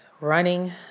running